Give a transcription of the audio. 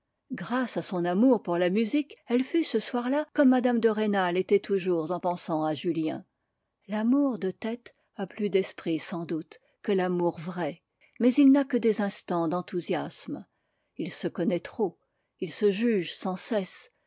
grâce à son amour pour la musique elle fut ce soir-là comme mme de rênal était toujours en pensant à julien l'amour de tête a plus d'esprit sans doute que l'amour vrai mais il n'a que des instants d'enthousiasme il se connaît trop il se juge sans cesse